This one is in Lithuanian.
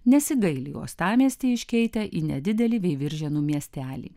nesigaili uostamiestį iškeitę į nedidelį veiviržėnų miestelį